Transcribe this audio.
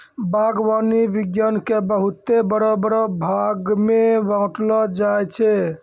बागवानी विज्ञान के बहुते बड़ो बड़ो भागमे बांटलो जाय छै